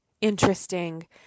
interesting